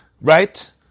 Right